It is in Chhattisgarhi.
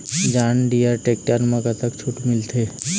जॉन डिअर टेक्टर म कतक छूट मिलथे?